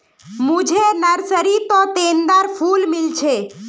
मुझे नर्सरी त गेंदार फूल मिल छे